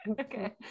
okay